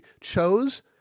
Chose